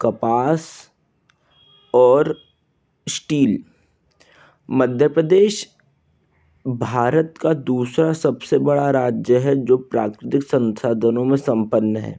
कपास और इस्टील मध्य प्रदेश भारत का दूसरा सबसे बड़ा राज्य है जो प्राकृतिक संसाधनों में संपन्न है